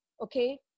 okay